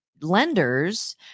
lenders